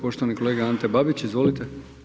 Poštovani kolega Ante Babić, izvolite.